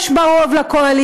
יש בה רוב לקואליציה,